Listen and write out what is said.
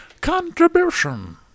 contribution